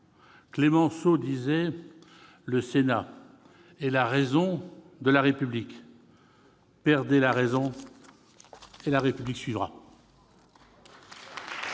Clemenceau disait que « le Sénat est la raison de la République »; perdez la raison, et la République suivra !